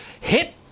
hit